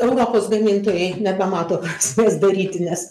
europos gamintojai nebemato prasmės daryti nes